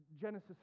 Genesis